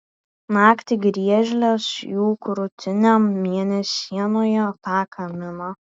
naktį griežlės jų krūtinėm mėnesienoje taką mina